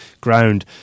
ground